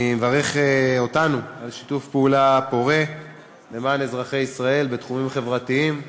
אני מברך אותנו על שיתוף פעולה פורה למען אזרחי ישראל בתחומים חברתיים.